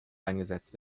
eingesetzt